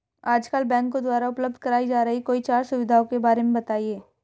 आजकल बैंकों द्वारा उपलब्ध कराई जा रही कोई चार सुविधाओं के बारे में बताइए?